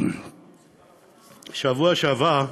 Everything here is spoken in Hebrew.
בשבוע שעבר,